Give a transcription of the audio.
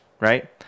right